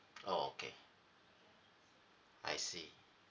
oh okay I see